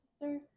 sister